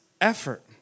effort